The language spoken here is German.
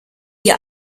hier